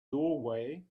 doorway